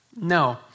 No